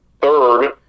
third